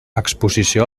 exposició